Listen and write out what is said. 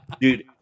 Dude